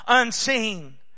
Unseen